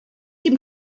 dem